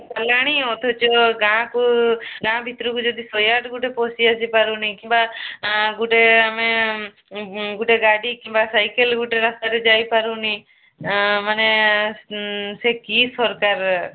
ହେଲାଣି ଅଥଚ ଗାଁକୁ ଗାଁ ଭିତରକୁ ଯଦି ଶହେ ଆଠ ଗୋଟିଏ ପଶି ଆସିପାରୁନି କିମ୍ବା ଗୋଟିଏ ଆମେ ଗୋଟିଏ ଗାଡ଼ି କିମ୍ବା ସାଇକେଲ୍ ଗୋଟିଏ ରାସ୍ତାରେ ଯାଇପାରୁନି ମାନେ ସେ କି ସରକାର